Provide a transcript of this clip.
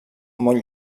molt